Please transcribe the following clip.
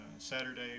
saturday